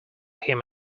him